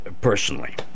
Personally